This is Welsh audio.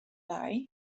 lai